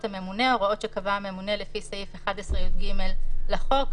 הממונה" הוראות שקבע הממונה לפי סעיף 11יג לחוק,